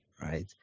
right